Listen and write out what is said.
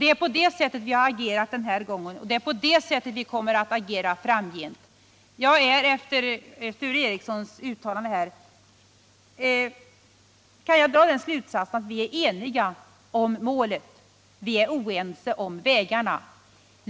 Det är på det sättet vi agerat den här gången, och det är på det sättet vi kommer att agera framgent. Efter Sture Ericsons uttalande kan jag dra slutsatsen att vi är eniga om målet men oense om vägarna.